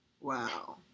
Wow